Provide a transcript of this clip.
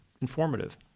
informative